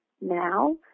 now